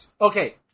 okay